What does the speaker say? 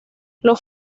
los